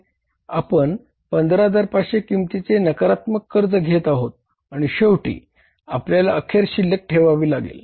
आपण 15500 किमतीचे नकारात्मक कर्ज घेत आहोत आणि शेवटी आपल्याला अखेर शिल्लक ठेवावी लागेल